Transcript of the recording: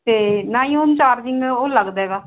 ਤੇ ਨਾ ਹੀ ਹੁਣ ਚਾਰਜਿੰਗ ਉਹ ਲੱਗਦਾ ਹੈਗਾ